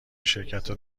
شرکت